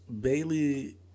Bailey